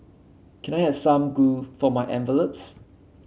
can I have some glue for my envelopes